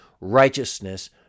righteousness